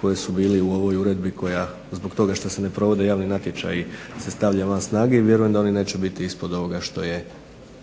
koji su bili u ovoj uredbi koja zbog toga što se ne provode javni natječaji se stavlja van snage i vjerujem da oni neće biti ispod ovoga što je